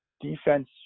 defense